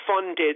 funded